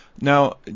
Now